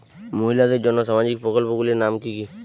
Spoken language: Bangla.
মহিলাদের জন্য সামাজিক প্রকল্প গুলির নাম কি কি?